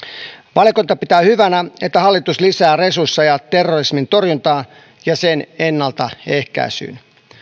valiokunta pitää hyvänä että hallitus lisää resursseja terrorismin torjuntaan ja sen ennaltaehkäisyyn